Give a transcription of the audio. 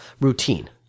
routine